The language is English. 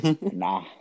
nah